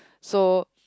so